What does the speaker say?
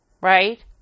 right